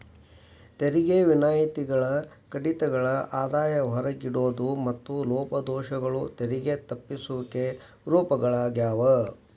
ತೆರಿಗೆ ವಿನಾಯಿತಿಗಳ ಕಡಿತಗಳ ಆದಾಯ ಹೊರಗಿಡೋದು ಮತ್ತ ಲೋಪದೋಷಗಳು ತೆರಿಗೆ ತಪ್ಪಿಸುವಿಕೆ ರೂಪಗಳಾಗ್ಯಾವ